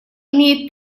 имеет